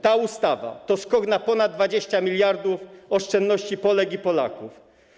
Ta ustawa to skok na ponad 20 mld oszczędności Polek i Polaków.